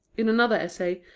in another essay,